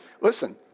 Listen